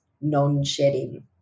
non-shedding